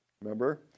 Remember